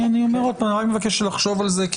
רק מבקש לחשוב על זה,